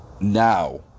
now